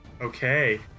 Okay